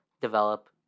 develop